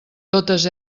totes